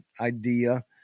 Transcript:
idea